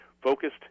focused